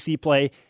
play